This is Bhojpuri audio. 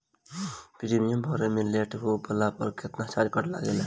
प्रीमियम भरे मे लेट होला पर केतना चार्ज लागेला?